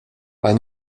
bei